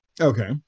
Okay